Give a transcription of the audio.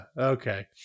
Okay